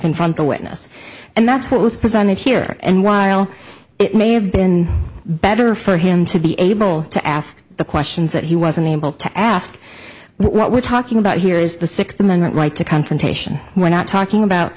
confront the witness and that's what was presented here and while it may have been better for him to be able to ask the questions that he was unable to ask what we're talking about here is the sixty and right to confrontation we're not talking about